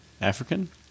African